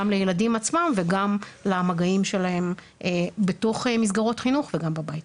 גם לילדים עצמם וגם למגעים שלהם בתוך מסגרות חינוך וגם בבית.